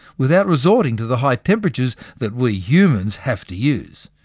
without resorting to the high temperatures that we humans have to use.